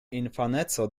infaneco